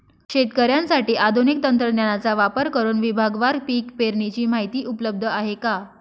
शेतकऱ्यांसाठी आधुनिक तंत्रज्ञानाचा वापर करुन विभागवार पीक पेरणीची माहिती उपलब्ध आहे का?